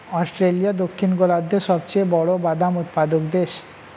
Australia দক্ষিণ গোলার্ধের সবচেয়ে বড় বাদাম উৎপাদক দেশ